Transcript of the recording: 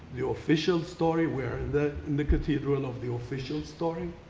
the official story where that negative run of the official story?